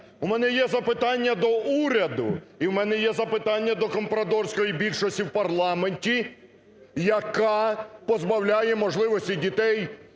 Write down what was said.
в мене є запитання до компрадорської більшості в парламенті, яка позбавляє можливості дітей